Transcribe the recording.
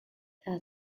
there